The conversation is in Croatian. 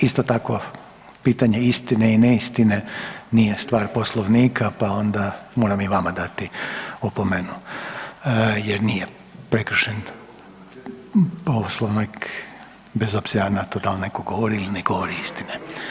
Isto tako pitanje istine i neistine nije stvar Poslovnika pa onda moram i vama dati opomenu jer nije prekršen Poslovnik bez obzira na to da li netko govori ili ne govori istine.